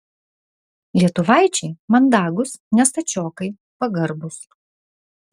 lietuvaičiai mandagūs ne stačiokai pagarbūs